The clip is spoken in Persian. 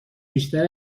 بیشتر